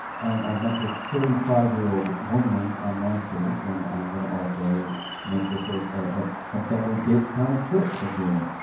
i met this thirty five year old woman on on myspace, and i'm gonna also make this a ah ah double dip kind of trip for kirill.